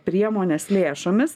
priemonės lėšomis